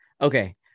Okay